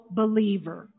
believer